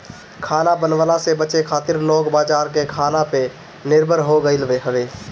खाना बनवला से बचे खातिर लोग बाजार के खाना पे निर्भर हो गईल हवे